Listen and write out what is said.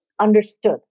understood